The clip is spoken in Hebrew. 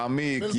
מעמיק,